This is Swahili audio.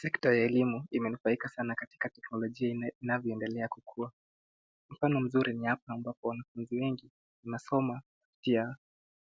Sekta ya elimu imenufaika sana katika teknolojia inavyoendelea kukua, mfano mzuri ni hapo ambapo wanafunzi wengi wanasoma kupitia